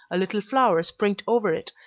a little flour sprinkled over it,